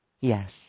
Yes